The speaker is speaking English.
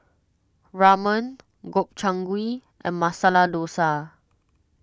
Ramen Gobchang Gui and Masala Dosa